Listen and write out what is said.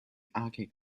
archaic